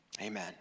Amen